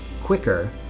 quicker